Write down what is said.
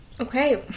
Okay